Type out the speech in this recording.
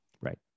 Right